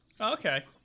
Okay